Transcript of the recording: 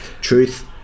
Truth